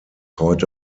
heute